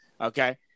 Okay